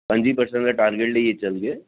पं'जी परसैंट दा टारगेट लेइयै चलगे